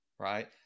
right